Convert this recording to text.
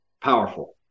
Powerful